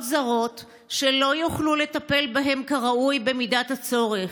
זרות שלא יוכלו לטפל בהם כראוי במידת הצורך.